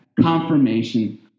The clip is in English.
confirmation